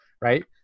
right